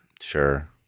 Sure